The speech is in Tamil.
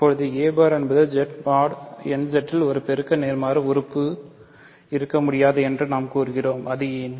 இப்போது a பார் என்பது Z mod nZ இல் ஒரு பெருக்க நேர்மாறு உறுப்பு இருக்க முடியாது என்று நாம் கூறுகிறோம் அது ஏன்